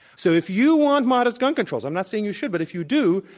so if you want modest gun controls i'm not saying you should but if you do,